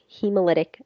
hemolytic